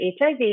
HIV